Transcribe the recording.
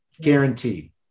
Guaranteed